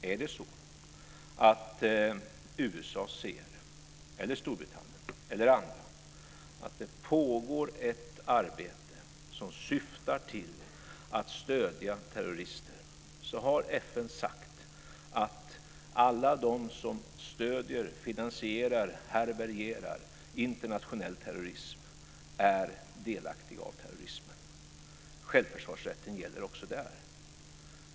Är det så att USA, Storbritannien eller andra ser att det pågår ett arbete som syftar till att stödja terrorister, har FN sagt att alla de som stöder, finansierar, härbärgerar internationell terrorism är delaktiga av terrorismen. Självförsvarsrätten gäller också där.